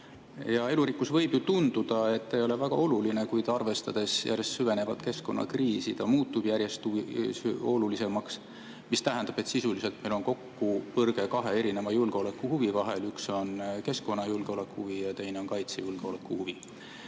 püsielupaika. Võib ju tunduda, et elurikkus ei ole väga oluline, kuid arvestades järjest süvenevat keskkonnakriisi, muutub ta järjest olulisemaks. See tähendab, et sisuliselt meil on kokkupõrge kahe erineva julgeolekuhuvi vahel: üks on keskkonnajulgeoleku huvi ja teine on kaitsejulgeoleku huvi.